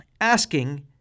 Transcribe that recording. asking